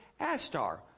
Astar